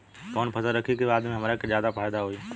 कवन फसल रखी कि बाद में हमरा के ज्यादा फायदा होयी?